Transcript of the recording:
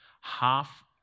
half